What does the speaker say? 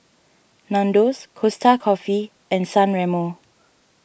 Nandos Costa Coffee and San Remo